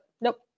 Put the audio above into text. nope